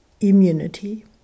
immunity